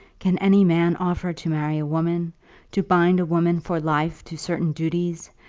can any man offer to marry a woman to bind a woman for life to certain duties,